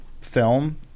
film